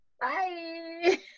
Bye